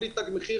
בלי תג מחיר.